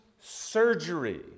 surgery